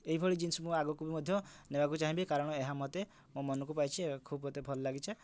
ଏହିଭଳି ଜିନ୍ସ ମୁଁ ଆଗକୁ ମଧ୍ୟ ନେବାକୁ ଚାହିଁବି କାରଣ ଏହା ମୋତେ ମୋ ମନକୁ ପାଇଛି ଓ ଖୁବ୍ ମୋତେ ଭଲ ଲାଗିଛି